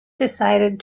decided